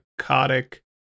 psychotic